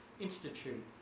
Institute